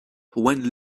when